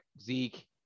Zeke